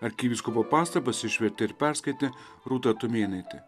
arkivyskupo pastabas išvertė ir perskaitė rūta tumėnaitė